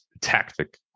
tactic